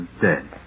dead